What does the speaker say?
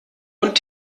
und